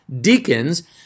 deacons